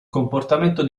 comportamento